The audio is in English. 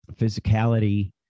physicality